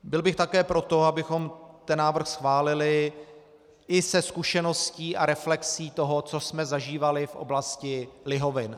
Byl bych také pro to, abychom ten návrh schválili i se zkušeností a reflexí toho, co jsme zažívali v oblasti lihovin.